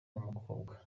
n’umukobwa